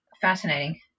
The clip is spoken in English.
Fascinating